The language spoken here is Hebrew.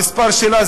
המספר שלה